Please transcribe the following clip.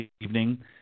evening